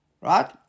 Right